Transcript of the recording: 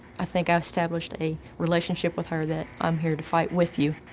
i think i established a relationship with her that, i'm here to fight with you.